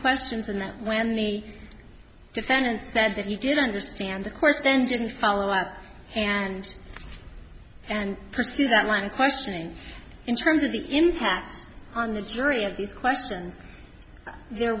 questions and that when the defendant said that he did understand the court then didn't follow up and and pursue that line of questioning in terms of the impact on the jury of this question there